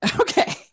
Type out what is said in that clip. Okay